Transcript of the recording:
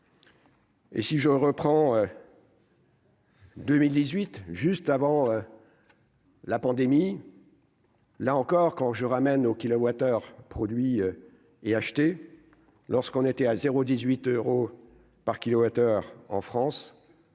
Et si je reprends. 2018 juste avant la pandémie, là encore, quand je ramène au kW/h produit et acheter lorsqu'on était à 0 euros par kW/h en France,